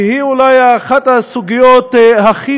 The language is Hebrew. שהיא אולי אחת הסוגיות הכי